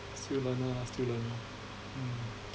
still learner lah still learning mm